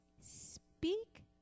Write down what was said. speak